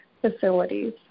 facilities